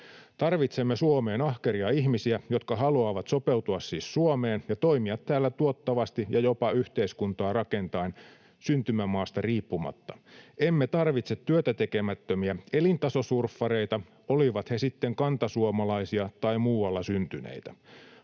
Tarvitsemme Suomeen ahkeria ihmisiä, jotka haluavat sopeutua siis Suomeen ja toimia täällä tuottavasti ja jopa yhteiskuntaa rakentaen syntymämaasta riippumatta. Emme tarvitse työtä tekemättömiä elintasosurffareita, olivat he sitten kantasuomalaisia tai muualla syntyneitä.